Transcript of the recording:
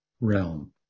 realm